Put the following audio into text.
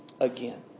again